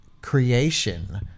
creation